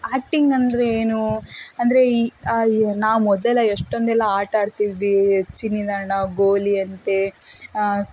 acting ಅಂದರೆ ಏನು ಅಂದರೆ ಈ ನಾವು ಮೊದಲೆಲ್ಲ ಎಷ್ಟೊಂದೆಲ್ಲ ಆಟ ಆಡ್ತಿದ್ವಿ ಚಿನ್ನಿದಾಂಡು ಗೋಲಿಯಂತೆ